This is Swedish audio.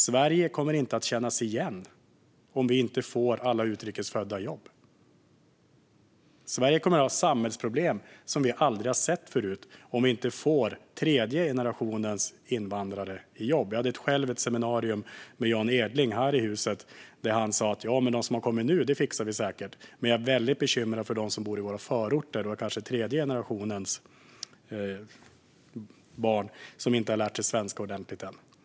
Sverige kommer inte att kännas igen om vi inte får alla utrikes födda i jobb. Sverige kommer att få samhällsproblem som vi aldrig har sett förut om vi inte får tredje generationens invandrare i jobb. Jag hade själv ett seminarium med Jan Edling här i huset, där han sa att de som har kommit nu fixar vi säkert men att han var mycket bekymrad för dem som bor i våra förorter, tredje generationens barn, som inte har lärt sig svenska ordentligt än.